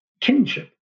kinship